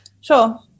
Sure